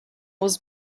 was